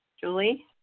Julie